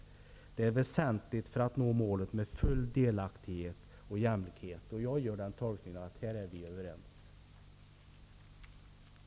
Detta är väsentligt för att nå målet med full delaktighet och jämlikhet.'' Jag gör den tolkningen att vi är överens om detta.